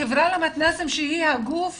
החברה למתנ"סים, שהיא הגוף